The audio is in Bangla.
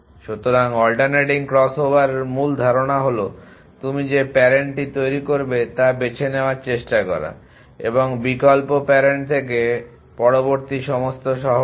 সুতরাং অল্টারনেটিং ক্রসওভারের মূল ধারণা হল তুমি যে প্যারেন্টটি তৈরি করবে তা বেছে নেওয়ার চেষ্টা করা এবং বিকল্প প্যারেন্ট থেকে পরবর্তী সমস্ত শহর থেকে